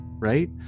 right